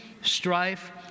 strife